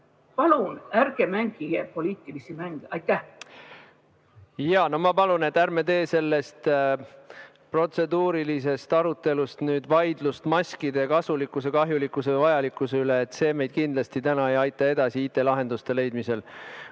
Palun ärge mängige poliitilisi mänge! Aitäh! Ma palun, et ärme tee sellest protseduurilisest arutelust vaidlust maskide kasulikkuse, kahjulikkuse, vajalikkuse üle. See meid kindlasti ei aita täna edasi IT-lahenduste leidmisel.